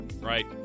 Right